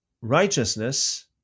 righteousness